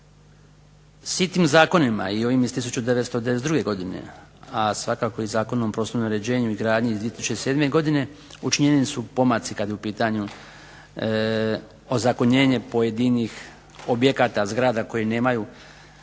Svim tim zakonima i ovim iz 1992. godine a svakako i Zakonom o prostornom uređenju i gradnji iz 2007. godine učinjeni su pomaci kada je u pitanju ozakonjenje pojedinih objekata, zgrada koje nemaju